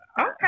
Okay